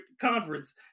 conference